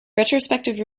retrospective